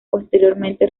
posteriormente